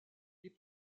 les